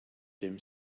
dim